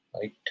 right